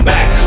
Back